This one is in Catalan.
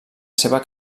seva